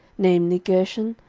namely, gershon,